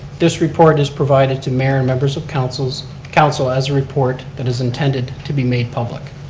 this report is provided to mayor and members of council council as a report that is intended to be made public.